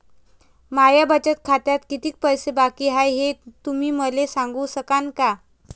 माया बचत खात्यात कितीक पैसे बाकी हाय, हे तुम्ही मले सांगू सकानं का?